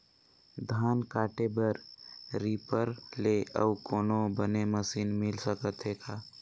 धान काटे बर रीपर ले अउ कोनो बने मशीन मिल सकथे का?